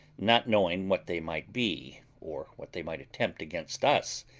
not knowing what they might be, or what they might attempt against us,